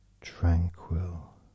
tranquil